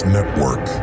Network